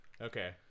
okay